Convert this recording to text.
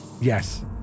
Yes